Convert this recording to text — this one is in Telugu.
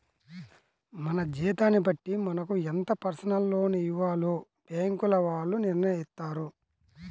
మన జీతాన్ని బట్టి మనకు ఎంత పర్సనల్ లోన్ ఇవ్వాలో బ్యేంకుల వాళ్ళు నిర్ణయిత్తారు